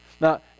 Now